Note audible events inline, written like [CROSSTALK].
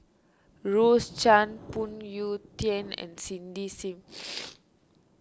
Rose Chan Phoon Yew Tien and Cindy Sim [NOISE]